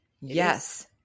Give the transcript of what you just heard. Yes